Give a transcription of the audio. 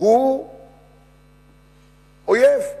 הוא אויב.